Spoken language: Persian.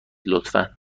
لطفا